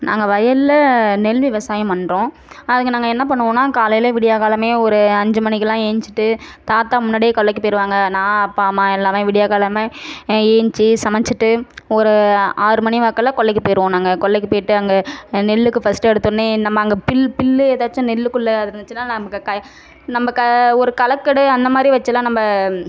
நாங்கள் வயலில் நெல் விவசாயம் பண்ணுறோம் அதுக்கு நாங்கள் என்ன பண்ணுவோன்னால் காலையில் விடியகாலமே ஒரு அஞ்சு மணிக்கெல்லாம் ஏஞ்சிட்டு தாத்தா முன்னாடியே கொல்லைக்குகி போய்ருவாங்க நான் அப்பா அம்மா எல்லாமே விடியகாலமே ஏஞ்சி சமைச்சிட்டு ஒரு ஆறு மணி வாக்கில் கொல்லைக்கு போய்டுவோம் நாங்கள் கொல்லைக்கு போயிட்டு அங்கே நெல்லுக்கு ஃபஸ்ட் எடுத்தோடன்னே நம்ம அங்கே புல் புல்லு ஏதாச்சும் நெல்லுக்குள்ளே அது இருந்துச்சின்னால் நமக்கு கை நம்ம க ஒரு கலக்கெடு அந்தமாதிரி வச்சுலாம் நம்ம